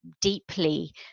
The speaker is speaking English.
deeply